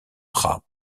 rap